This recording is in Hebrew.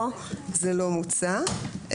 פה זה לא מוצע,